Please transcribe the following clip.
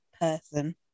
person